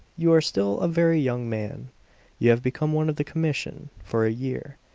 you are still a very young man you have become one of the commission for a year,